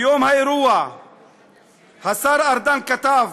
ביום האירוע השר ארדן כתב: